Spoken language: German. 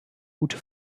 gute